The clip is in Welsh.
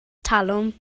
talwm